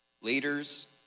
Leaders